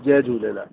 Jay Jhulelal